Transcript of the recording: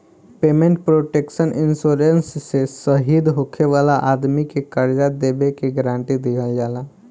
payment protection insurance से शहीद होखे वाला आदमी के कर्जा देबे के गारंटी दीहल जाला